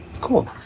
Cool